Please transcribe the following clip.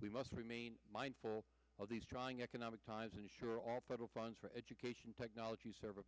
we must remain mindful of these trying economic times and assure all federal funds for education technology serve a